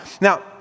Now